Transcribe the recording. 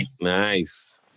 Nice